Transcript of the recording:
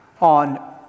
on